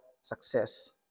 success